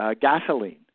gasoline